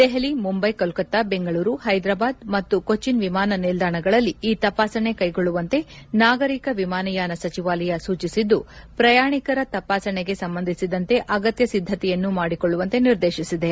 ದೆಹಲಿ ಮುಂಬೈ ಕೋಲ್ಕತ್ತಾ ಬೆಂಗಳೂರು ಪೈದ್ರಾಬಾದ್ ಮತ್ತು ಕೊಚ್ಚಿನ್ ವಿಮಾನ ನಿಲ್ದಾಣಗಳಲ್ಲಿ ಈ ತಪಾಸಣೆ ಕೈಗೊಳ್ಳುವಂತೆ ನಾಗರಿಕ ವಿಮಾನಯಾನ ಸಚಿವಾಲಯ ಸೂಚಿಸಿದ್ದು ಪ್ರಯಾಣಿಕರ ತಪಾಸಣೆಗೆ ಸಂಬಂಧಿಸಿದಂತೆ ಅಗತ್ತ ಸಿದ್ಧತೆಯನ್ನ ಮಾಡಿಕೊಳ್ಳುವಂತೆ ನಿರ್ದೇಶಿಸಿದೆ